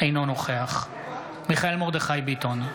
אינו נוכח מיכאל מרדכי ביטון,